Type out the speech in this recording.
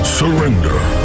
surrender